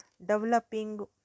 developing